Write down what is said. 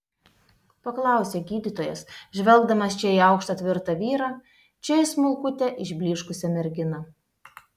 paklausė gydytojas žvelgdamas čia į aukštą tvirtą vyrą čia į smulkutę išblyškusią merginą